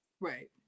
Right